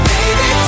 Baby